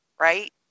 right